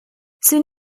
soon